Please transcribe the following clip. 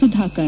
Sudhakar